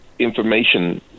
Information